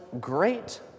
great